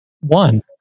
One